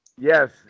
yes